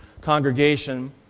congregation